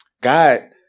God